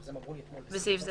התשמ"ב 1982 (בסעיף זה,